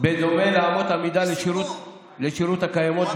בדומה לאמות המידה לשירות הקיימות,